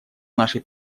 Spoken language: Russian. нашей